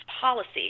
policy